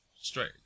straight